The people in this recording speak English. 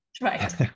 right